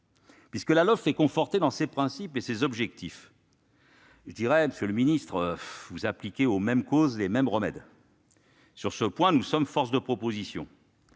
puisque la LOLF est confortée dans ses principes et ses objectifs. Je dirai, monsieur le ministre, que vous appliquez aux mêmes causes les mêmes remèdes. Sur ce point, nous sommes force de proposition